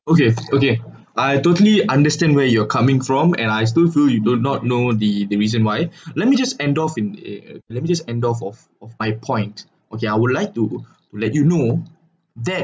okay okay I totally understand where you're coming from and I still feel do you do not know the the reason why let me just end off in eh uh let me just end of of my point okay I would like to let you know that